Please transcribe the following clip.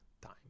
time